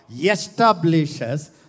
establishes